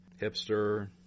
hipster